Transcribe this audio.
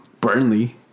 Burnley